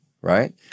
right